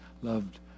loved